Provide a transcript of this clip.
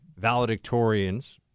valedictorians